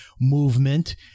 movement